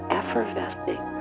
effervescing